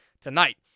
tonight